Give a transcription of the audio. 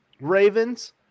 Ravens